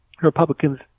Republicans